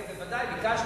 כן, בוודאי, ביקשתי.